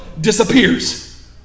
disappears